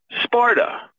Sparta